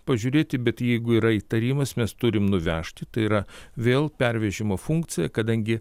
pažiūrėti bet jeigu yra įtarimas mes turim nuvežti tai yra vėl pervežimo funkcija kadangi